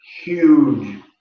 huge